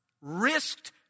risked